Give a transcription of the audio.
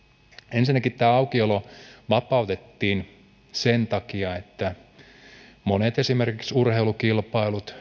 ensinnäkin tämä aukiolo vapautettiin sen takia että monien esimerkiksi urheilukilpailujen